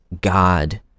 God